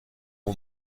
aux